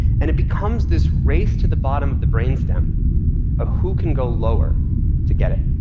and it becomes this race to the bottom of the brain stem of who can go lower to get it.